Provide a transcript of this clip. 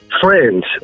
friends